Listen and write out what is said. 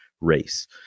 race